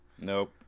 nope